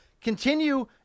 continue